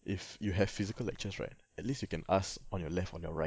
if you have physical lectures right at least you can ask on your left on your right